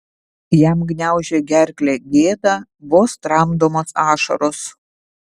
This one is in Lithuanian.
jam gniaužė gerklę gėda vos tramdomos ašaros